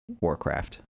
warcraft